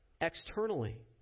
externally